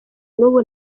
n’ubu